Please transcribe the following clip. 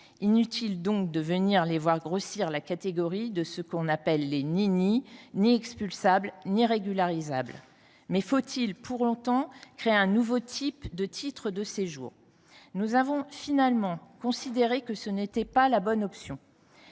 Inutile donc de venir les voir grossir la catégorie de ce que l’on appelle les « ni ni »: ni expulsables ni régularisables. Faut il pour autant créer un nouveau type de titre de séjour ? Nous avons finalement considéré que ce n’était pas la bonne option.